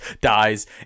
dies